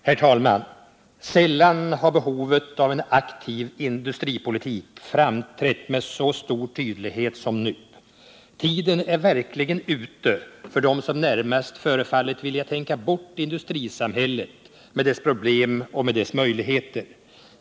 Herr talman! Sällan har behovet av en aktiv industripolitik framträtt med så stor tydlighet som nu. Tiden är verkligen ute för dem som närmast förefallit vilja tänka bort industrisamhället med dess problem och med dess möjligheter.